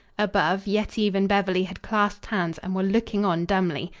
above, yetive and beverly had clasped hands and were looking on dumbly.